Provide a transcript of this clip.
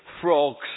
frogs